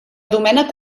domènec